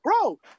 bro